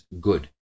good